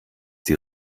die